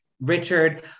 Richard